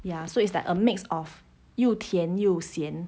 ya so it's like a mix of 又甜又咸